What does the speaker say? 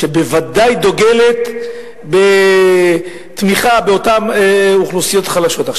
שבוודאי דוגלת בתמיכה באותן אוכלוסיות חלשות.